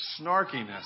snarkiness